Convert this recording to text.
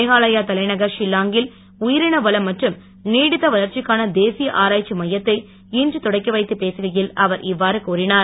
மேகலாயா தலைநகர் ஷில்லாங்கில் உயிரின வளம் மற்றும் நீடித்த வளர்ச்சிக்கான தேசிய ஆராய்ச்சி மையத்தை இன்று தொடக்கி வைத்து பேசுகையில் அவர் இவ்வாறு கூறினார்